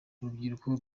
urubyiruko